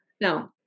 Now